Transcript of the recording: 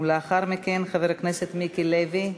ולאחר מכן, חבר הכנסת מיקי לוי.